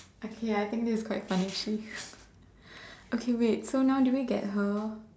okay I think this is quite fun actually okay wait so now do we get her